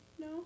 No